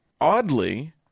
oddly